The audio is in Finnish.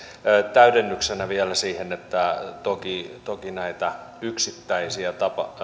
täydennyksenä vielä siihen että toki toki näitä yksittäisiä